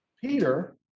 Peter